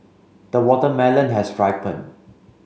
the watermelon has ripened